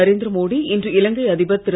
நரேந்திர மோடி இன்று இலங்கை அதிபர் திரு